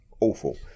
awful